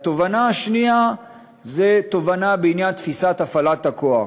התובנה השנייה היא תובנה בעניין תפיסת הפעלת הכוח,